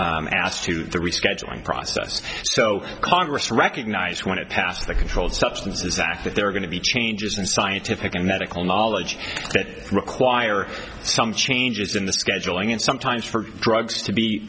asked to the rescheduling process so congress recognized when it passed the controlled substances act that they're going to be changes in scientific and medical knowledge that require some changes in the scheduling and sometimes for drugs to be